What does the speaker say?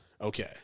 Okay